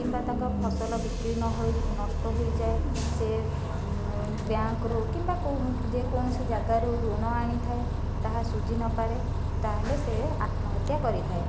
କିମ୍ବା ତାଙ୍କ ଫସଲ ବିକ୍ରି ନ ହୋଇ ନଷ୍ଟ ହୋଇଯାଏ ସେ ବ୍ୟାଙ୍କରୁ କିମ୍ବା ଯେକୌଣସି ଜାଗାରୁ ଋଣ ଆଣିଥାଏ ତାହା ସୁଝି ନପାରେ ତାହେଲେ ସେ ଆତ୍ମହତ୍ୟା କରିଥାଏ